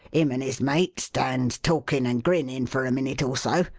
him and his mate stands talkin' and grinnin' for a minute or so,